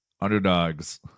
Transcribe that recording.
Underdogs